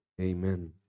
Amen